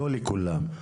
לא לכולם.